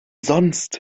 sonst